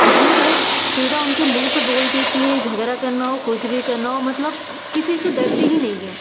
जो है सीधा उनके मुँह पर बोल देती है झगड़ा करना हो कुछ भी करना हो मतलब किसी से डरती ही नहीं है